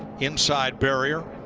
inside barrier.